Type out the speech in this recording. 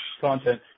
content